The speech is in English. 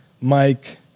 Mike